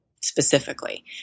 specifically